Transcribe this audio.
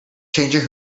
changing